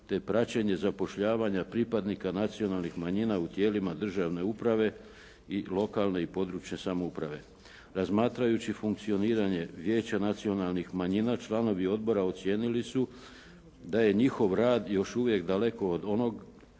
te praćenje zapošljavanja pripadnika nacionalnih manjina u tijelima državne uprave i lokalne i područne samouprave. Razmatrajući funkcioniranje Vijeća nacionalnih manjina, članovi odbora ocijenili su da je njihov rad još uvijek daleko od onog